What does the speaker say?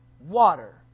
water